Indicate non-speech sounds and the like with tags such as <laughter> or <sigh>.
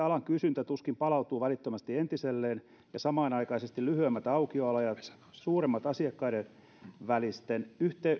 <unintelligible> alan kysyntä tuskin palautuu välittömästi entiselleen ja samanaikaisesti lyhyemmät aukioloajat suuremmat asiakkaiden välisten